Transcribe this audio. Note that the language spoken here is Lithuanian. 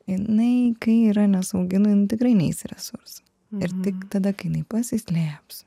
jinai kai yra nesaugi nu jinai tikrai neis resursų ir tik tada kai jinai pasislėps